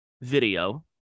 video